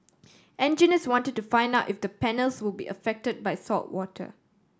engineers wanted to find out if the panels would be affected by saltwater